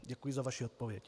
Děkuji za vaši odpověď.